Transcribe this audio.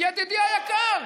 ידידי היקר,